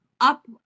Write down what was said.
up